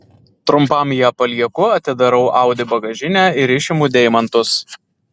trumpam ją palieku atidarau audi bagažinę ir išimu deimantus